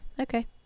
okay